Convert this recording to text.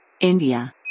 India